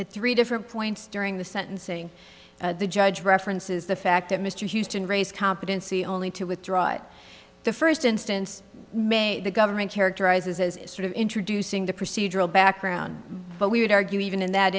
at three different points during the sentencing the judge references the fact that mr houston raise competency only to withdraw at the first instance may the government characterize this as sort of introducing the procedural background but we would argue even in that